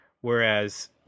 Whereas